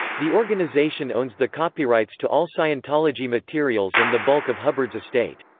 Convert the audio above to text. the organization owns the copyrights to all scientology materials and the bulk of hubbard's estate.